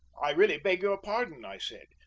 i really beg your pardon, i said,